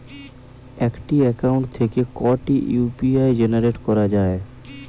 একটি অ্যাকাউন্ট থেকে কটি ইউ.পি.আই জেনারেট করা যায়?